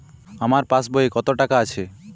আমার পাসবই এ কত টাকা আছে?